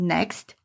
Next